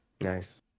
Nice